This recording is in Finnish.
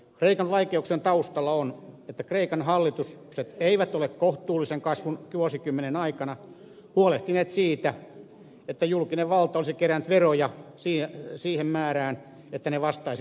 kreikan vaikeuksien taustalla on että kreikan hallitukset eivät ole kohtuullisen kasvun vuosikymmenen aikana huolehtineet siitä että julkinen valta olisi kerännyt veroja siihen määrään että ne vastaisivat menoja